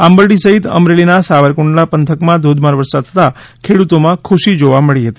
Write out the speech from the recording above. આંબરડી સહિત અમરેલીના સાવરકુંડલા પંથકોમાં ધોધમાર વરસાદ થતાં ખેડ્રતોમાં ખુશી જોવા મળી રહી છે